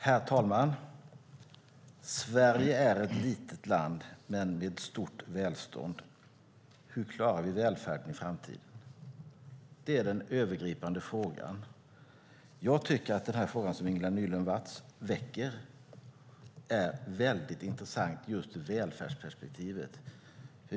Herr talman! Sverige är ett litet land men med ett stort välstånd. Hur klarar vi välfärden i framtiden? Det är den övergripande frågan. Jag tycker att den fråga Ingela Nylund Watz väcker är väldigt intressant just ur välfärdsperspektivet.